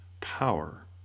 power